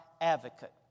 advocate